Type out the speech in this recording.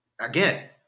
Again